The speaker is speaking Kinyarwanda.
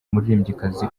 umuririmbyikazi